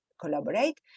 collaborate